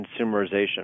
consumerization